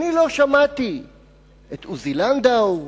אני לא שמעתי את עוזי לנדאו,